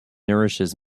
nourishes